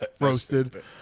roasted